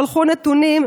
שלחו נתונים,